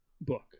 book